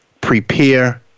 prepare